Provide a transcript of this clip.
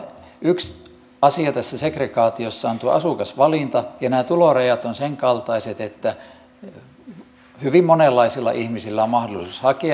yksi asia tässä segregaatiossa on asukasvalinta ja nämä tulorajat ovat sen kaltaiset että hyvin monenlaisilla ihmisillä on mahdollisuus hakea näihin